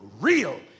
real